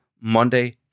Monday